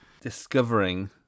Discovering